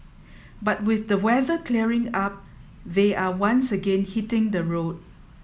but with the weather clearing up they are once again hitting the road